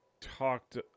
talked